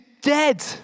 dead